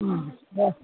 ꯎꯝ ꯍꯣꯏ